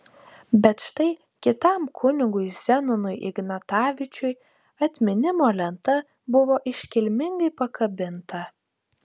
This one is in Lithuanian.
bet štai kitam kunigui zenonui ignatavičiui atminimo lenta buvo iškilmingai pakabinta